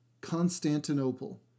Constantinople